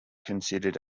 considered